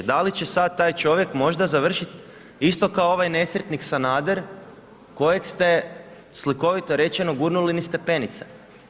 Da li će sada taj čovjek možda završiti isto kao i ovaj nesretnik Sanader, kojeg ste, slikovito rečeno, gurnuli niz stepenice.